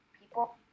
people